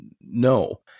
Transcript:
no